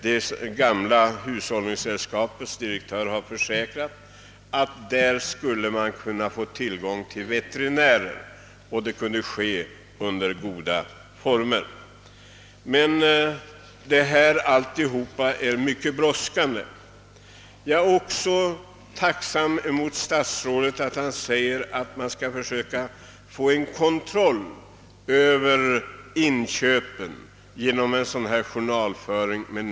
Det gamla hushållningssällskapets direktör har också försäkrat att man där skulle kunna få tillgång till veterinär och att uppfödningen skulle kunna ske under goda villkor. Hela saken brådskar emellertid. Jag är också tacksam för att statsrådet framhållit det nödvändiga i att få en kontroll över inköpen, bl.a. genom en ordentlig journalföring.